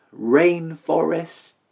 rainforest